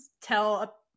tell